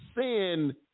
sin